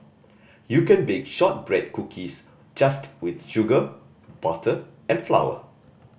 you can bake shortbread cookies just with sugar butter and flower